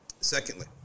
Secondly